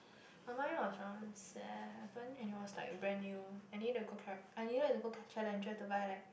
but mine was around seven and it was like brand new I need to go I needed to go Challenger to buy like